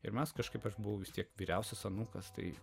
ir mes kažkaip aš buvau vis tiek vyriausias anūkas tai